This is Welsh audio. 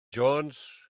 jones